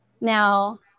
Now